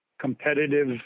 competitive